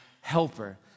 helper